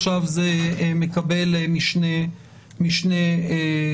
עכשיו זה מקבל משנה תוקף.